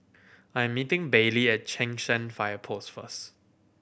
I'm meeting Bailee at Cheng San Fire Post first